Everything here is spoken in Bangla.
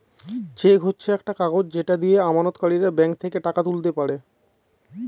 চেক হচ্ছে একটা কাগজ যেটা দিয়ে আমানতকারীরা ব্যাঙ্ক থেকে টাকা তুলতে পারে